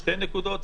שתי נקודות,